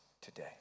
today